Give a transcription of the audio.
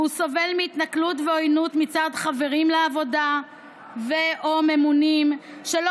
והוא סובל מהתנכלויות ועוינות מצד חברים לעבודה או ממונים שלא